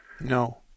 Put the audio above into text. No